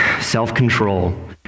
self-control